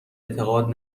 اعتقاد